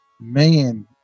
Man